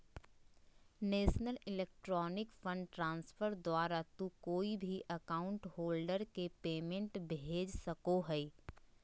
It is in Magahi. नेशनल इलेक्ट्रॉनिक फंड ट्रांसफर द्वारा तू कोय भी अकाउंट होल्डर के पेमेंट भेज सको हो